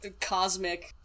cosmic